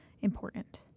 important